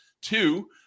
two